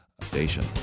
station